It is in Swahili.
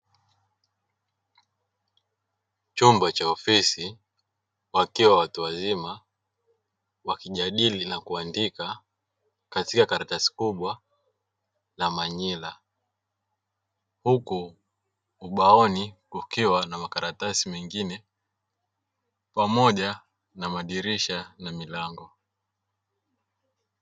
Chumba cha ofisi, wakiwa watu wazima wakijadili nakuandika katika karatasi kubwa la manila. Huku ubaoni kukiwa na makaratasi mengine pamoja na madirisha na milango.